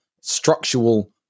structural